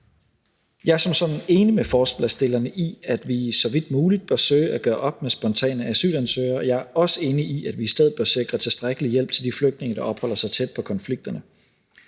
Jeg er som sådan enig med forslagsstillerne i, at vi så vidt muligt bør søge at gøre op med spontane asylansøgere, og jeg er også enig i, at vi i stedet bør sikre tilstrækkelig hjælp til de flygtninge, der opholder sig tæt på konflikterne.